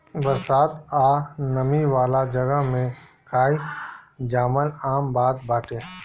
बरसात आ नमी वाला जगह में काई जामल आम बात बाटे